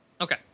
Okay